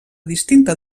distinta